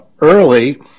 early